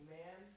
man